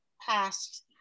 past